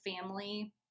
family